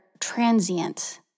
transient